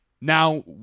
now